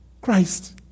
Christ